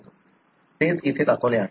तेच इथे दाखवले आहे